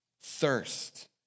thirst